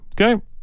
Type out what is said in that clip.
Okay